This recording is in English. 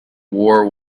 war